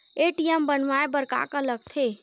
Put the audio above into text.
ATM बनवाय बर का का लगथे?